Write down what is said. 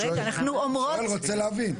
אני רוצה להבין.